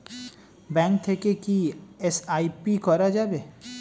Bank থেকে কী SIP করা যাবে?